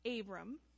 Abram